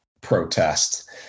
protest